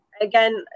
again